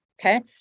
Okay